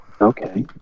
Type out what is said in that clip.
Okay